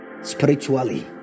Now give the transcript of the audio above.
spiritually